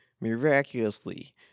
miraculously